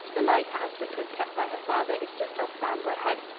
the lighthouse which was kept by her father is just off bamborough head,